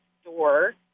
store